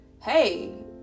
hey